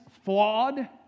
flawed